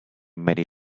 many